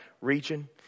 region